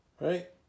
Right